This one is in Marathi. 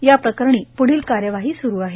या प्रकरणी प्ढील कार्यवाही स्रु आहे